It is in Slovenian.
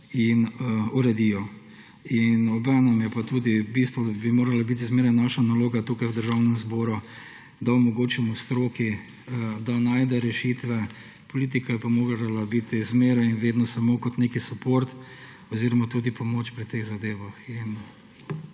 in uredijo. In obenem je pa tudi, v bistvu bi morala biti zmeraj naša naloga tukaj v Državnem zboru, da omogočimo stroki, da najde rešitve. Politika je pa morala biti zmeraj in vedno samo kot nek support oziroma tudi pomoč pri teh zadevah.